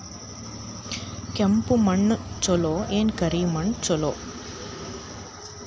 ಕೆಂಪ ಮಣ್ಣ ಛಲೋ ಏನ್ ಕರಿ ಮಣ್ಣ ಛಲೋ?